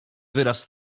wyraz